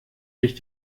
sich